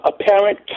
Apparent